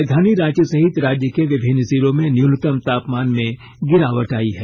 राजधानी रांची सहित राज्य के विभिन्न जिलों में न्यूनतम तापमान में गिरावट आयी है